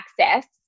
access